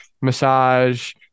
massage